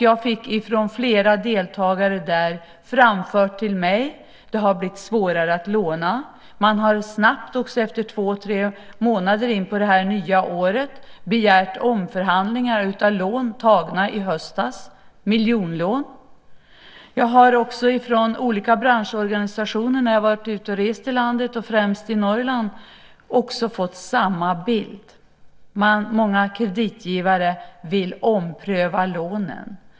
Jag fick från flera deltagare där framfört till mig att det har blivit svårare att låna. Man har snabbt, redan efter två tre månader in på det nya året, begärt omförhandlingar av lån tagna i höstas - miljonlån. Jag har också från olika branschorganisationer när jag har varit ute och rest i landet, främst i Norrland, fått samma bild. Många kreditgivare vill ompröva lånen.